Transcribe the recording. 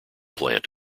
plant